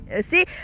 see